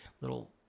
little